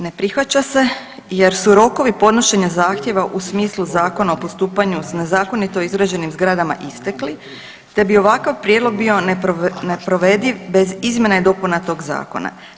Ne prihvaća se jer su rokovi podnošenja zahtjeva u smislu Zakona o postupanju s nezakonito izgrađenim zgradama istekli, te bi ovakav prijedlog bio neprovediv bez izmjena i dopuna tog zakona.